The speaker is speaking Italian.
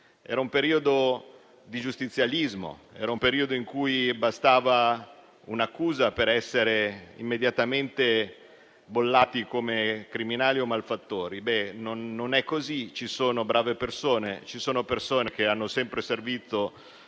Era un periodo di giustizialismo, e un periodo in cui bastava un'accusa per essere immediatamente bollati come criminali o malfattori. Beh, non è così. Ci sono brave persone, ci sono persone che hanno sempre servito